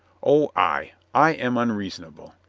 oh, ay, i am un reasonable.